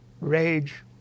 rage